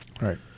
Right